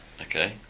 Okay